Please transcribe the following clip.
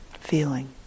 feeling